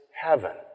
heaven